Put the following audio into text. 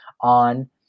on